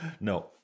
No